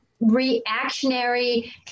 reactionary